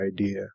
idea